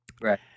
Right